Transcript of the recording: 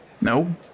No